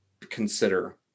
consider